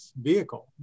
vehicle